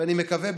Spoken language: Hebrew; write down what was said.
ואני מקווה,